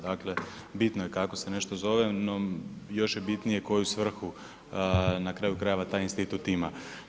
Dakle, bitno je kako se nešto zove, no još je bitnije koju svrhu na kraju krajeva taj institut još ima.